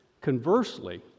Conversely